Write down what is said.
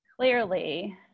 Clearly